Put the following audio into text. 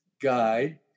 guide